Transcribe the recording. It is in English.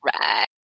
right